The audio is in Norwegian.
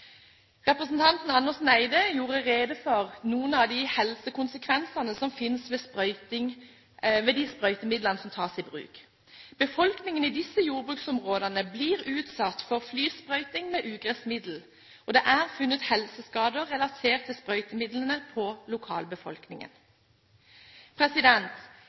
Representanten Andersen Eide gjorde rede for noen av de helsekonsekvensene som finnes ved de sprøytemidlene som tas i bruk. Befolkningen i disse jordbruksområdene blir utsatt for flysprøyting med ugressmiddel, og det er funnet helseskader hos lokalbefolkningen relatert til sprøytemidlene.